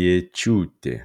jėčiūtė